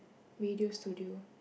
radio studio